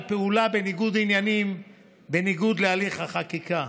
פעולה בניגוד עניינים בניגוד להליך החקיקה,